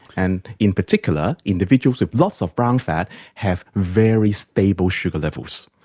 and in particular, individuals with lots of brown fat have very stable sugar levels.